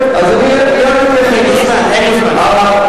במקרה ענף במשפחתי השתייך ליישוב הישן